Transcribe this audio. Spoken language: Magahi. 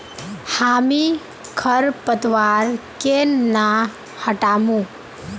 हामी खरपतवार केन न हटामु